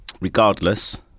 regardless